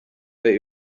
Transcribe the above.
they